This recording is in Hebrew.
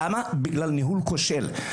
למה, בגלל ניהול כושל.